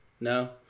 No